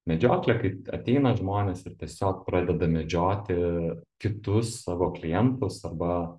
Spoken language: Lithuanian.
medžioklė kai ateina žmonės ir tiesiog pradeda medžioti kitus savo klientus arba